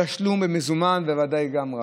תשלום במזומן, וודאי גם ברב-קו.